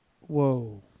whoa